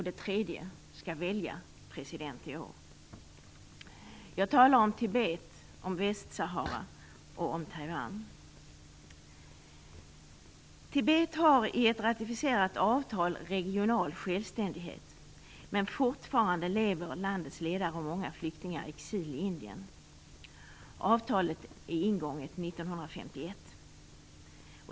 Det tredje landet skall välja president i år. Jag talar om Tibet, Västsahara och Taiwan. Tibet har i ett ratificerat avtal regional självständighet. Men fortfarande lever landets ledare och många flyktingar i exil i Indien. Avtalet ingicks 1951.